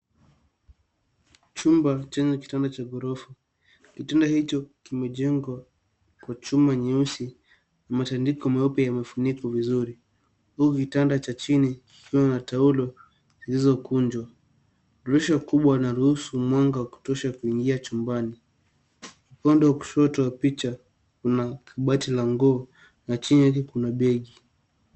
Chumba chenye kitanda cha ghorofa. Kitanda hicho kimejengwa kwa chuma cheusi na matandiko meupe yamefunikwa vizuri, huku kitanda cha chini kikiwa na taulo zilizokunjwa. Dirisha kubwa linaruhusu mwanga wa kutosha kuingia chumbani. Upande wa kushoto wa picha kuna kabati la nguo na chini yake kuna begi.